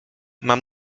mam